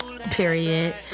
Period